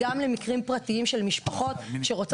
כמעט אין שבת